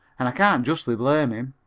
and i can't justly blame him.